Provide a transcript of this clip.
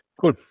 Cool